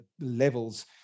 levels